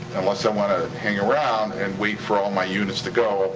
unless i wanna hang around and wait for all my units to go,